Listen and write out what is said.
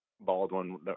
Baldwin